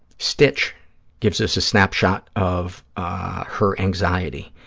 stitch gives us a snapshot of her anxiety.